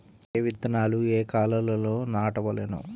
ఏ విత్తనాలు ఏ కాలాలలో నాటవలెను?